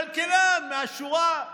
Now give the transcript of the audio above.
כלכלן מהשורה.